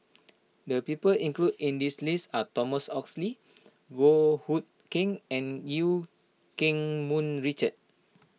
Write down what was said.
the people included in this list are Thomas Oxley Goh Hood Keng and Eu Keng Mun Richard